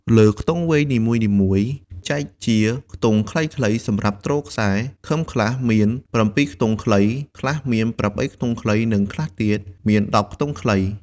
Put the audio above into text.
លើខ្ទង់វែងនីមួយៗចែកជាខ្ទង់ខ្លីៗសំរាប់ទ្រខ្សែ ឃឹមខ្លះមាន៧ខ្ទង់ខ្លី ខ្លះមាន៨ខ្ទង់ខ្លី និងខ្លះទៀតមាន១០ខ្ទង់ខ្លី។